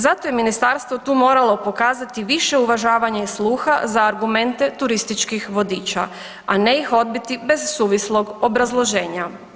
Zato je ministarstvo tu moralo pokazati više uvažavanje sluha za argumente turističkih vodiča, a ne iz odbiti bez suvislog obrazloženja.